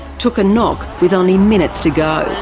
took a knock with only minutes to go.